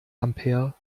ampere